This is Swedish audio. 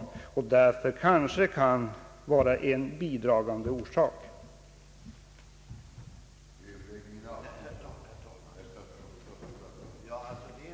Sådana omständigheter kan kanske vara en bidragande orsak till sådana olyckor som här inträffat.